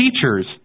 teachers